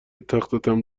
تختم